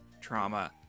trauma